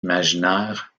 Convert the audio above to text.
imaginaire